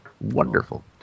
Wonderful